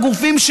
הגופים,